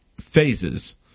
phases